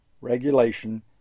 regulation